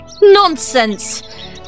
Nonsense